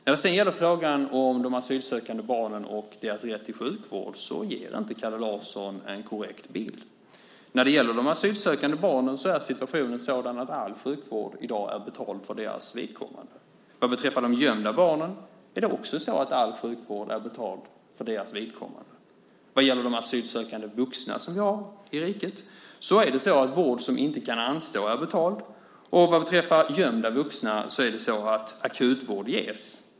När det sedan gäller frågan om de asylsökande barnen och deras rätt till sjukvård ger inte Kalle Larsson en korrekt bild. För de asylsökande barnen är situationen sådan att all sjukvård i dag är betald för deras vidkommande. Vad beträffar de gömda barnen är det också så att all sjukvård är betald för deras vidkommande. Vad gäller de asylsökande vuxna som vi har i riket är det så att vård som inte kan anstå är betald, och vad beträffar gömda vuxna är det så att akutvård ges.